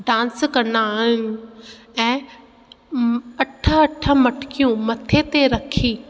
dance कंदा आहिनि ऐं अठ अठ मटकियूं मथे ते रखी